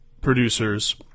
producers